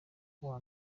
nk’uwa